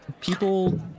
people